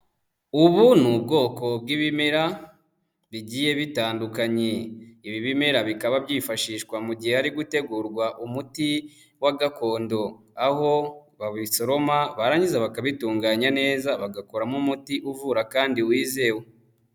Ubu ni ubwoko bw'ibimera bigiye bitandukanye, ibi bimera bikaba byifashishwa mu gihe hari gutegurwa umuti wa gakondo aho babisoroma barangiza bakabitunganya neza bagakoramo umuti uvura kandi wizewe.